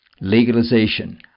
legalization